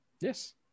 yes